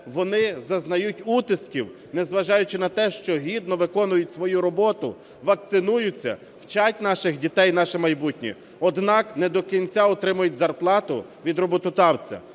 вони зазнають утисків, незважаючи на те, що гідно виконують свою роботу, вакцинуються, вчать наших дітей, наше майбутнє, однак не до кінця отримують зарплату від роботодавця.